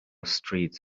streets